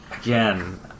again